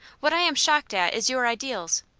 what i am shocked at is your ideals.